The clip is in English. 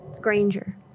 Granger